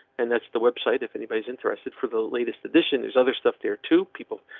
and that's the website if anybody's interested for the latest edition. there's other stuff there. two people,